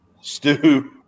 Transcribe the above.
Stu